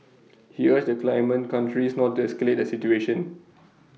he urged the claimant countries not to escalate the situation